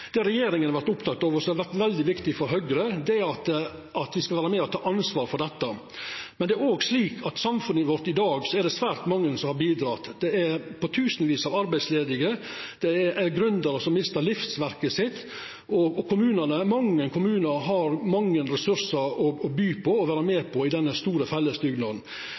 Det regjeringa har vore oppteken av, og som har vore veldig viktig for Høgre, er at me skal vera med og ta ansvar for dette. Men i samfunnet vårt i dag er det svært mange som har bidrege. Det er tusenvis av arbeidsledige, det er gründerar som har mista livsverket sitt, og mange kommunar har mange ressursar å by på i denne store